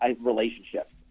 relationship